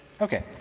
Okay